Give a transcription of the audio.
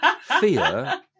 fear